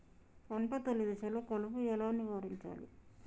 పంట తొలి దశలో కలుపు ఎలా నివారించాలి?